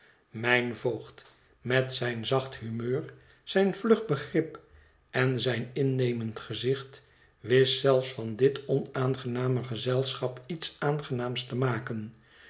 mijn voogd met zijn zacht humeur zijn vlug begrip en zijn innemend gezicht wist zelfs van dit onaangename gezelschap iets aangenaams te maken